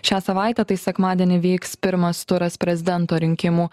šią savaitę tai sekmadienį vyks pirmas turas prezidento rinkimų